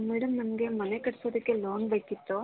madam ನಮಗೆ ಮನೆ ಕಟ್ಸೋದಕ್ಕೆ ಲೋನ್ ಬೇಕಿತ್ತು